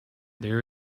there